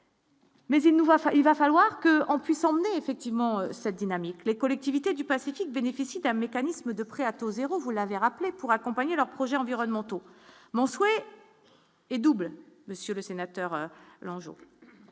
fois, il va falloir que l'on puisse emmener effectivement cette dynamique, les collectivités du Pacifique bénéficient d'un mécanisme de prêts à taux 0, vous l'avez rappelé pour accompagner leurs projets environnementaux, mon souhait est double, Monsieur le Sénateur, enjeu